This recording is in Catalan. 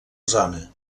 zona